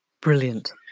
Brilliant